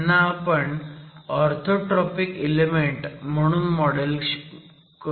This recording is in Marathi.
ह्यांना आपण ऑर्थोट्रॉपिक इलेमेंट म्हणून मॉडेल शकतो